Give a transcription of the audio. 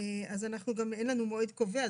אין לנו מועד קובע.